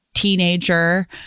teenager